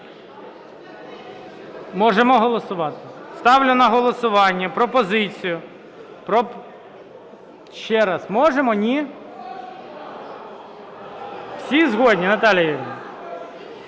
Можемо голосувати. Ставлю на голосування пропозицію… Ще раз, можемо, ні? Всі згодні? Наталія Юріївна?